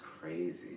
crazy